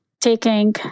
taking